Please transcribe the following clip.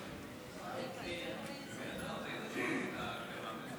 ו לא נתקבלה.